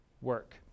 work